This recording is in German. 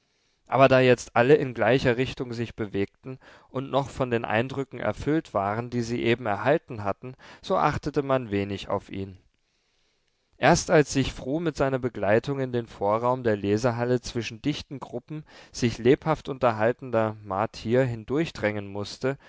aber da jetzt alle in gleicher richtung sich bewegten und noch von den eindrücken erfüllt waren die sie eben erhalten hatten so achtete man wenig auf ihn erst als sich fru mit seiner begleitung in dem vorraum der lesehalle zwischen dichten gruppen sich lebhaft unterhaltender martier hindurchdrängen mußte